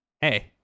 Hey